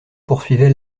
poursuivait